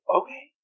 okay